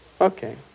Okay